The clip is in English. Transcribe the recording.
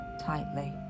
tightly